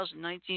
2019